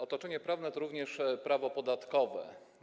Otoczenie prawne to również Prawo podatkowe.